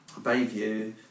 Bayview